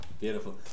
beautiful